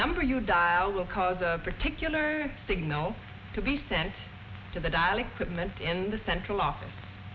number you dial will cause a particular signal to be sent to the dial equipment in the central office